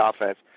offense